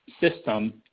system